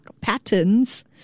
patterns